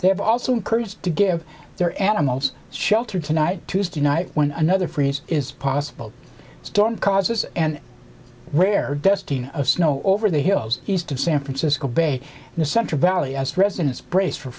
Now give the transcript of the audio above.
have also encouraged to give their animals shelter tonight tuesday night when another freeze is possible storm causes and rare dusting of snow over the hills east of san francisco bay in the central valley as residents brace for